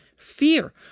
Fear